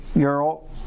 girl